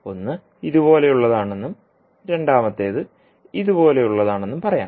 ഒന്ന് ഇതുപോലെയുള്ളയതാണെന്നും രണ്ടാമത്തേത് ഇതുപോലെയുള്ളയതാണെന്നും പറയാം